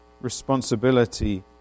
responsibility